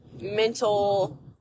mental